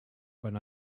when